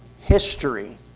history